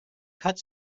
cut